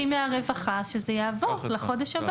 אבל אמרה פה חברתי מהרווחה שזה יעבור לחודש הבא.